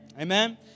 Amen